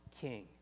king